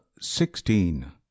Sixteen